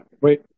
Wait